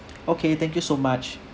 okay thank you so much